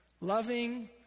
Loving